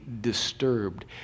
disturbed